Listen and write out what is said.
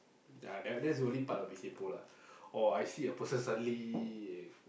ya that that's the only part I'll be kaypo lah or I see a person suddenly